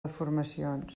deformacions